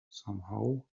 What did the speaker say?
somehow